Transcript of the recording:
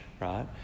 right